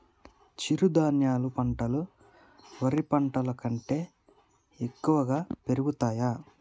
చిరుధాన్యాలు పంటలు వరి పంటలు కంటే త్వరగా పెరుగుతయా?